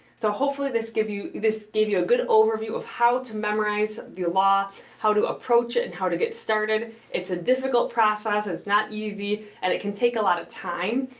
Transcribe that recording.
so hopefully this gives you this gave you a good overview of how to memorize the law, how to approach it, and how to get started. it's a difficult process it's not easy and it can take a lot of time.